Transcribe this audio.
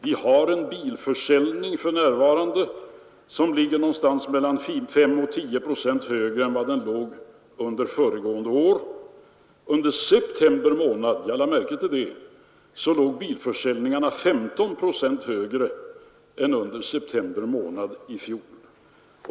Vi har för närvarande en bilförsäljning som ligger någonstans mellan 5 och 10 procent högre än den gjorde under föregående år. Under september månad i år — jag lade märke till det — stod bilförsäljningarna 15 procent högre än under september månad i fjol.